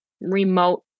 remote